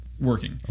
working